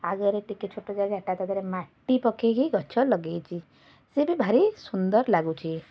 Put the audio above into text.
ଆଗରେ ଟିକିଏ ଛୋଟ ଜାଗାଟା ତା'ଦେହରେ ମାଟି ପକାଇକି ଗଛ ଲଗାଇଛି ସେ ବି ଭାରି ସୁନ୍ଦର ଲାଗୁଛି